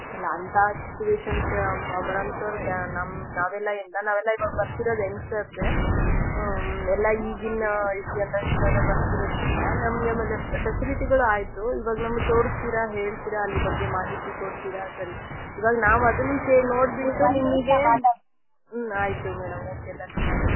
ಅಲ್ಲ ಅಂಥ ಸಿಚುವೇಶನ್ಸ್ ಬರೋ ಅಂಥೋರು ಕಾ ನಮ್ಮ ನಾವೆಲ್ಲ ನಾವೆಲ್ಲ ಇವಾಗ ಬರ್ತಿರೋದ್ ಯಂಗ್ಸ್ಟರ್ಸೇ ಎಲ್ಲ ಈಗಿನ ಇದು ಜನ್ರೇಷನವರೇ ಬರ್ತಿರೋದ್ರಿಂದ ನಮಗೆ ಆಮೇಲೆ ಫೆಸಿಲಿಟಿಗಳು ಆಯಿತು ಇವಾಗ ನಮ್ಗೆ ತೋರಿಸ್ತೀರ ಹೇಳ್ತೀರ ಅಲ್ಲಿ ಬಗ್ಗೆ ಮಾಹಿತಿ ಕೊಡ್ತೀರ ಸರಿ ಇವಾಗ ನಾವು ಅದನ್ನು ಕೆ ನೋಡಿಬಿಟ್ಟು ನಿಮಗೆ ಹ್ಞೂ ಆಯಿತು ಮೇಡಮ್ ಓಕೆ ಧನ್ಯವಾದಗಳು ಹಾಂ